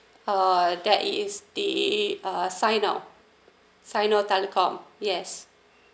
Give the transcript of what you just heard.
uh that is the uh signo signo telecom yes